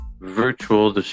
virtual